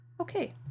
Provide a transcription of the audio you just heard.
Okay